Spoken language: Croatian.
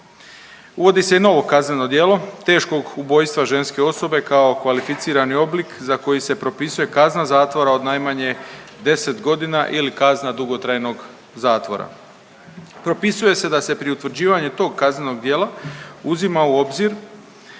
Uvodi se i novo kazneno djelo teškog ubojstva ženske osobe kao kvalificirani oblik za koji se propisuje kazna zatvora od najmanje 10 godina ili kazna dugotrajnog zatvora. Propisuje se da se pri utvrđivanju tog kaznenog djela uzima u obzir